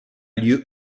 lieu